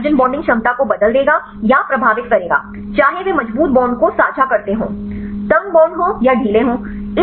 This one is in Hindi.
यह हाइड्रोजन बॉन्डिंग क्षमता को बदल देगा या प्रभावित करेगा चाहे वे मजबूत बॉन्ड को साझा करते हों तंग बॉन्ड हों या यह ढीले हों